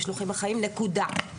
מהמשלוחים החיים יש פטור ומהבשר לא.